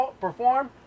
perform